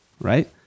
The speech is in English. right